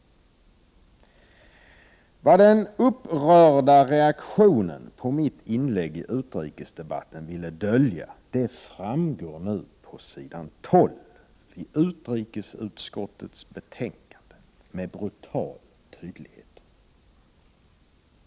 Vadr den upprörda reaktionen på mitt inlägg i utrikesdebatten ville dölja det framgår nu på s. 12 i utrikesutskottets betänkande med brutal tydlighet.